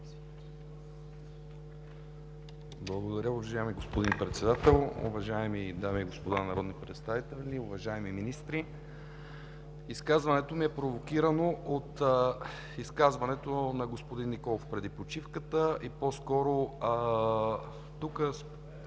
Благодаря, уважаеми господин Председател. Уважаеми дами и господа народни представители, уважаеми министри! Изказването ми е провокирано от изказването на господин Николов преди почивката и по-скоро – тук